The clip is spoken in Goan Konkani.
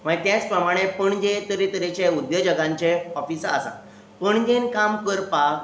मागीर त्याच प्रमाणे पणजेन तरेतरेचे उद्दोजकांचे ऑफिसां आसा पणजेन काम करपाक